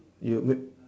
you whip